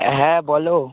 হ্যাঁ বলো